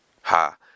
Ha